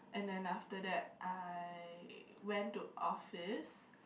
and then after that I went to office